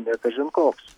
ne kažin koks